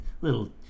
little